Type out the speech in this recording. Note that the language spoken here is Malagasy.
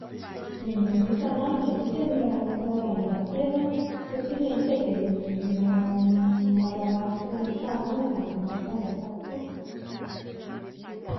Indimy isan'andro ny alika no mila manao fanatanjahan-tena satria ny alika dia mila manara-maso tanàna dia mila matanjaka koa.